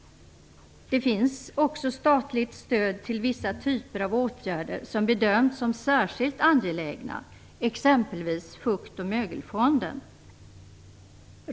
Det finns också statligt stöd till vissa typer av åtgärder som bedömts som särskilt angelägna, exempelvis fukt och mögelfonden.